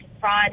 fraud